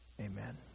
Amen